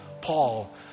Paul